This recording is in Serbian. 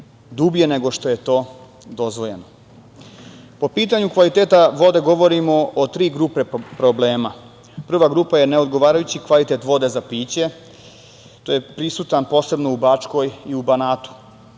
dublje nego što je to dozvoljeno. Po pitanju kvaliteta vode govorimo o tri grupe problema. Prva grupa je neodgovarajući kvalitet vode za piće, koji je prisutan posebno u Bačkoj i u Banatu.